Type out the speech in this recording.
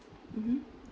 mmhmm